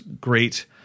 great